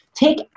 Take